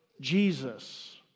Jesus